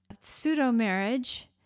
pseudo-marriage